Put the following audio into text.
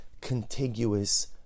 contiguous